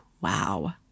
wow